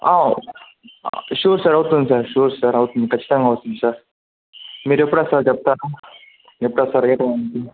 ఆ sure sir అవుతుంది sir sure sir అవుతుంది కచ్చితంగా అవుతుంది సార్ మీరెప్పుడొస్తారు చెప్తారా ఎప్పుడొస్తారు ఏ టైంకి